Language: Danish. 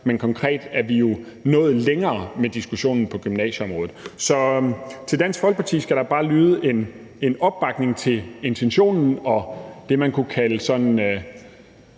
men konkret er vi jo nået længere med diskussionen på gymnasieområdet. Så til Dansk Folkeparti skal der bare lyde en opbakning til intentionen og det, man kunne kalde en